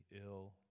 ill